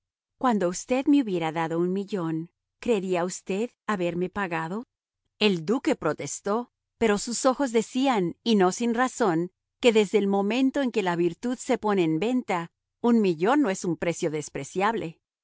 cuando usted me hubiera dado un millón creería usted haberme pagado el duque protestó pero sus ojos decían y no sin razón que desde el momento en que la virtud se pone en venta un millón no es un precio despreciable